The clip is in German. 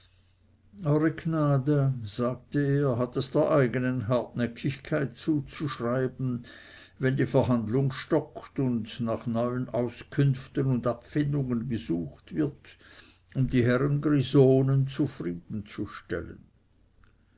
sagte er hat es der eigenen hartnäckigkeit zuzuschreiben wenn die verhandlung stockt und nach neuen auskünften und abfindungen gesucht wird um die herren grisonen zufriedenzustellen